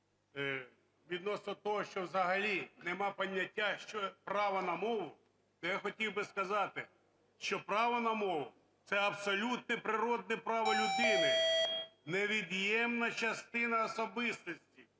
відносно того, що взагалі нема поняття "права на мову", то я хотів би сказати, що право на мову – це абсолютне природне право людини, невід'ємна частина особистості,